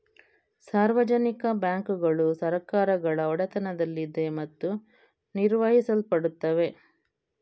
ಸಾರ್ವಜನಿಕ ಬ್ಯಾಂಕುಗಳು ಸರ್ಕಾರಗಳ ಒಡೆತನದಲ್ಲಿದೆ ಮತ್ತು ನಿರ್ವಹಿಸಲ್ಪಡುತ್ತವೆ